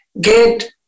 get